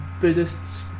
Buddhists